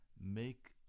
make